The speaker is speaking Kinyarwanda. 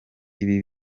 ibi